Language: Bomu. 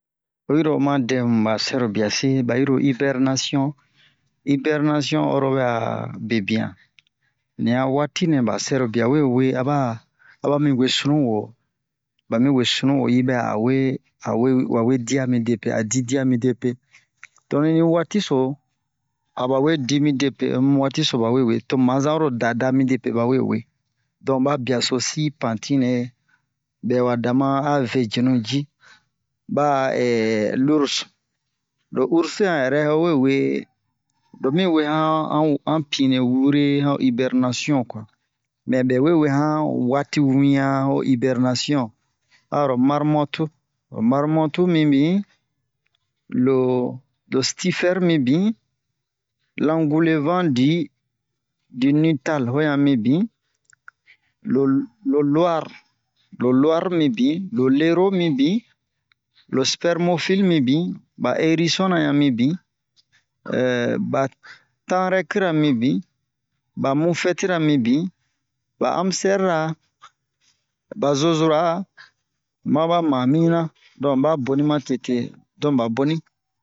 oyi ro oma dɛmu ba sɛrobia se ba yi ro ibɛrnasion ibɛrnasion oro bɛ'a bebian ni a waatinɛ ba sɛrobia we we aba a ba mi we sunuwo ba mi we sunuwo yi bɛ'a awe awe wa we dia midepe a di dia midepe don ni waati so aba we di midepe omu waati so bawe we tomu ma zan oro dada midepe bawe we don ba biaso si pantine bɛ wa dama a ve jenu ji ba a lurs lo ursira yɛrɛ howe we lo mi we han wu han pine wure han ibɛrnasion kwa mɛ bɛwe we han waati wi'an ho ibɛrnasion ho aro marmotu ho marmotu mibin lo lo stifɛr mibin langulevan di di nital ho yan mibin lo lo lo'ar lo lo'ar mibin lo lero mibin lo spɛrmofil mibin ba erison na yan mibin ba tanrɛkira mibin ba mufɛtira mibin ba amsɛr ra ba zozora ma ba mamina don ba boni ma tete don ba boni